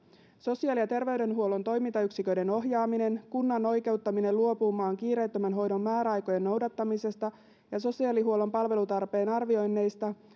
sosiaali ja terveydenhuollon toimintayksiköiden ohjaaminen kunnan oikeuttaminen luopumaan kiireettömän hoidon määräaikojen noudattamisesta ja sosiaalihuollon palvelutarpeen arvioinneista